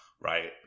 right